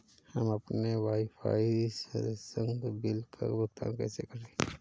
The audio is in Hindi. हम अपने वाईफाई संसर्ग बिल का भुगतान कैसे करें?